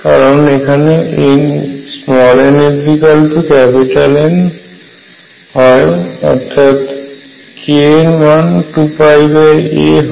কারণ nN হয় যেখানে k এর মান 2πa হয়